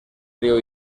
río